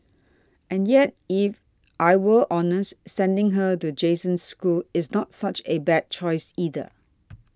and yet if I were honest sending her to Jason's school is not such a bad choice either